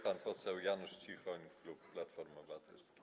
Pan poseł Janusz Cichoń, klub Platforma Obywatelska.